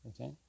Okay